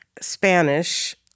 Spanish